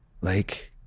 like-